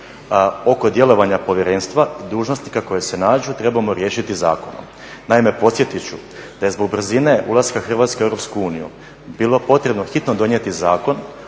oko djelovanja povjerenstva, dužnosnika koje se nađu trebamo riješiti zakonom. Naime, podsjetiti ću da je zbog brzine ulaska Hrvatske u Europsku uniju bilo potrebno hitno donijeti zakon